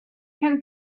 can